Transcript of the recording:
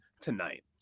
tonight